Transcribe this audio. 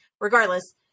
Regardless